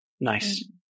Nice